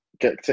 get